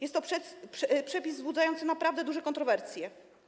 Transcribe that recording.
Jest to przepis wzbudzający naprawdę duże kontrowersje.